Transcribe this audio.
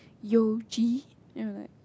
you ji you know like